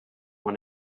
want